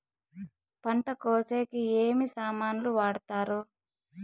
పంట కోసేకి ఏమి సామాన్లు వాడుతారు?